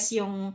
yung